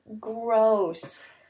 gross